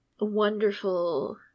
wonderful